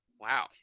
Wow